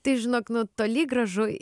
tai žinok nu toli gražu